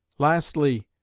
lastly,